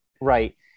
right